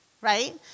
right